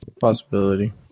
Possibility